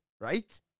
Right